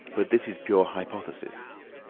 but this is pure hypothesis.